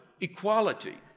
equality